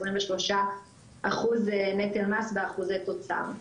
23% נטל מס באחוזי תוצר.